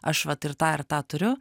aš vat ir tą ir tą turiu